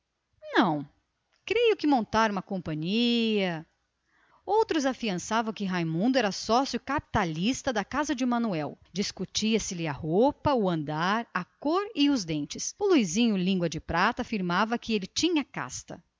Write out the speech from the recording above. não creio que vem montar uma companhia outros afiançavam que raimundo era sócio capitalista da casa de manuel discutiam lhe a roupa o modo de andar a cor e os cabelos o luisinho língua de prata afirmava que ele tinha casta